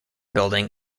building